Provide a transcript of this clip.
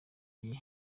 gihe